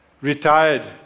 retired